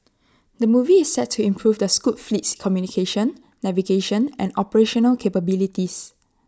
the movie is set to improve the scoot fleet's communication navigation and operational capabilities